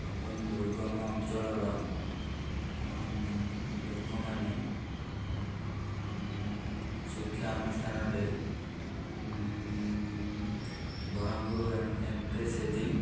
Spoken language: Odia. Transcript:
ଏବଂ ଦୁର୍ଗମ ଅଞ୍ଚଳର ଲୋକମାନେ ଶିକ୍ଷା ଅନୁଷ୍ଠାନରେ ବରହମପୁର